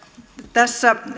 tässä